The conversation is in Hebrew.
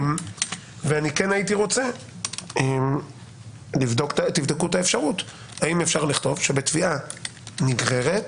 אני רוצה שתבדקו את האפשרות האם אפשר לכתוב שבתביעה נגררת